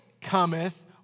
cometh